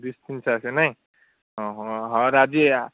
ନାଇଁ ହଁ ହଁ ହଁ ରାଜି ହେଇଯା